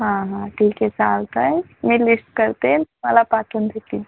हां हां ठीक आहे चालतं आहे मी लिस्ट करते तुम्हाला पाठवून देईन